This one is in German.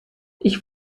ich